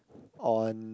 on